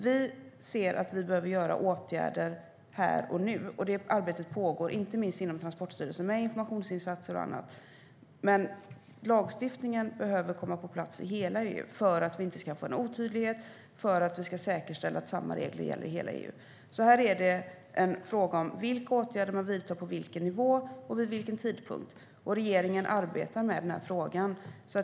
Vi ser att vi behöver vidta åtgärder här och nu. Det arbetet pågår, inte minst inom Transportstyrelsen, med informationsinsatser och annat. Men lagstiftningen behöver komma på plats i hela EU för att vi inte ska få en otydlighet och för att vi ska säkerställa att samma regler gäller i hela EU. Det är en fråga om vilka åtgärder man vidtar på vilken nivå och vid vilken tidpunkt. Regeringen arbetar med den här frågan.